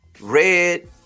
Red